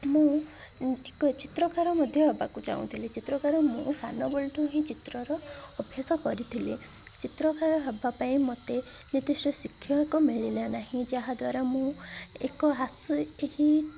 ମୁଁ ଏକ ଚିତ୍ରକାର ମଧ୍ୟ ହେବାକୁ ଚାହୁଁଥିଲି ଚିତ୍ରକାର ମୁଁ ସାନବେଳଠୁ ହିଁ ଚିତ୍ରର ଅଭ୍ୟାସ କରିଥିଲି ଚିତ୍ରକାର ହବା ପାଇଁ ମୋତେ ନିର୍ଦ୍ଦିଷ୍ଟ ଶିକ୍ଷକ ମିଳିଲା ନାହିଁ ଯାହାଦ୍ୱାରା ମୁଁ ଏକ ହାସ ଏହି